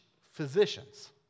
physicians